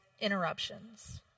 interruptions